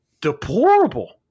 deplorable